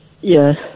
Yes